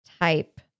type